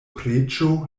preĝo